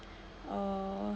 uh